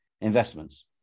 investments